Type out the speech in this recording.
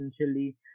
essentially